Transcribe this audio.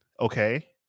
Okay